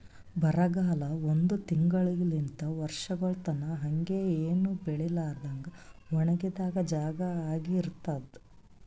ಬರಗಾಲ ಒಂದ್ ತಿಂಗುಳಲಿಂತ್ ವರ್ಷಗೊಳ್ ತನಾ ಹಂಗೆ ಏನು ಬೆಳಿಲಾರದಂಗ್ ಒಣಗಿದ್ ಜಾಗಾ ಆಗಿ ಇರ್ತುದ್